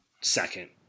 second